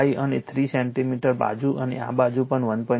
5 સાથે 3 સેન્ટીમીટર બાજુ અને આ બાજુ પણ 1